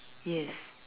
yes